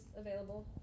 available